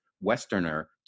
Westerner